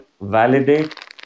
validate